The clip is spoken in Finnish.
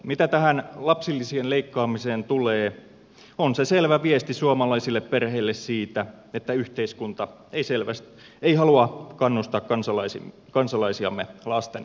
mitä tähän lapsilisien leikkaamiseen tulee on se selvä viesti suomalaisille perheille siitä että yhteiskunta ei halua kannustaa kansalaisiamme lasten hankintaan